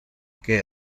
que